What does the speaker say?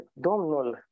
Domnul